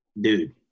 dude